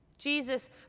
Jesus